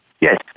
Yes